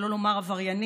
שלא לומר עבריינית,